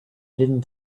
didn’t